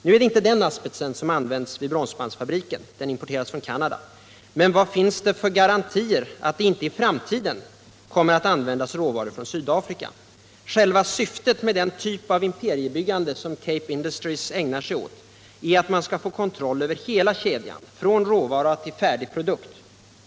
Nu är det inte den asbesten som används vid Bromsbandsfabriken — den importeras från Canada - men vad finns det för garantier att det inte i framtiden kommer att användas råvaror från Sydafrika? Själva syftet med den typ av imperiebyggande som Cape Industries ägnar sig åt är att man skall få kontroll över hela kedjan, från råvara till färdig produkt.